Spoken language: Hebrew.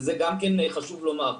וזה גם כן חשוב לומר.